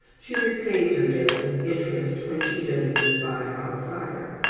she repays her debt with interest when she dozes by our fire.